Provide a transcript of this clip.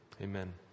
Amen